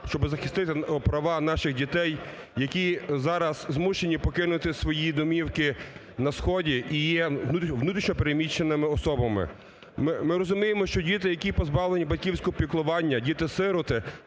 щоб захистити права наших дітей, які зараз змушені покинути свої домівки на сході і є внутрішньо переміщеними особами. Ми розуміємо, що діти, які позбавлені батьківського піклування, діти-сироти